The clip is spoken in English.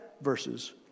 verses